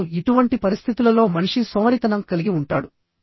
ఇప్పుడు ఇటువంటి పరిస్థితులలో మనిషి సోమరితనం కలిగి ఉంటాడు